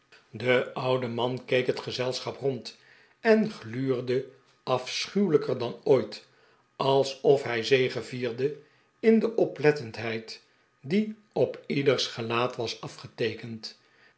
de oude man keek het gezelschap rond en gluurde afschuwelijker dan ooit alsof hij zegevierde in de oplettendheid die op ieders gelaat was afgeteekend